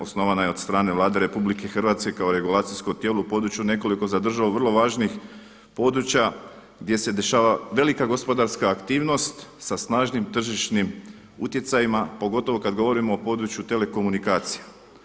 Osnovana je od strane Vlade RH kao regulacijsko tijelo u području nekoliko za državu vrlo važnih područja gdje se dešava velika gospodarska aktivnost sa snažnim tržišnim utjecajima pogotovo kad govorimo o području telekomunikacija.